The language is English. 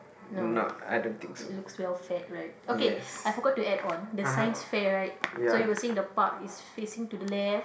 no it looks well fed right okay I forgot to add on the Science fair right so you were saying the park is facing to the left